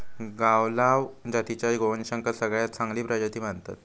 गावलाव जातीच्या गोवंशाक सगळ्यात चांगली प्रजाती मानतत